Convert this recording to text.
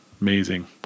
Amazing